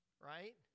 Right